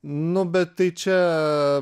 nu bet tai čia